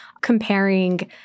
comparing